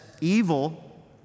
evil